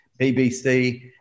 BBC